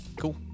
cool